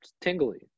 tingly